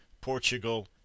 Portugal